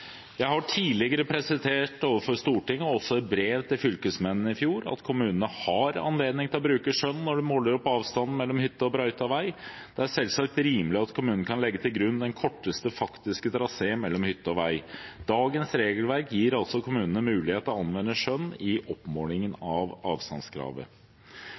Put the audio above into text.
Jeg har tidligere presisert overfor Stortinget, også i brev til fylkesmennene i fjor, at kommunene har anledning til å bruke skjønn når de måler opp avstanden mellom hytte og brøytet vei. Det er selvsagt rimelig at kommunen kan legge til grunn den korteste faktiske trasé mellom hytte og vei. Dagens regelverk gir altså kommunene mulighet til å anvende skjønn i oppmålingen av avstandskravet.